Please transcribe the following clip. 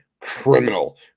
criminal